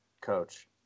coach